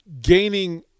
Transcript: gaining